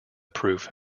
proof